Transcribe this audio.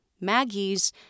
Maggie's